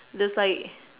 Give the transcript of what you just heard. there's like